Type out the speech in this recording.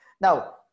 Now